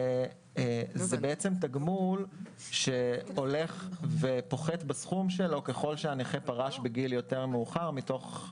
זה בעצם תגמול שהולך ופוחת בסכום שלו ככל שהנכה פרש בגיל מאוחר יותר.